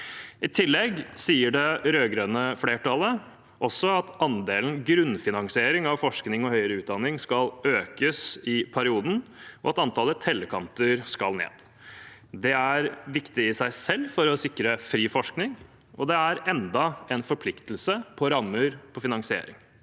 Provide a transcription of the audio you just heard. I tillegg sier det rød-grønne flertallet at andelen grunnfinansiering av forskning og høyere utdanning skal økes i perioden, og at antallet tellekanter skal ned. Det er viktig i seg selv for å sikre fri forskning, og det er enda en forpliktelse på rammer og finansiering.